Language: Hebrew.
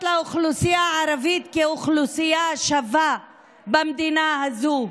לאוכלוסייה הערבית כאוכלוסייה שווה במדינה הזאת,